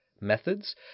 methods